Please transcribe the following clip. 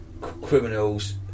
criminals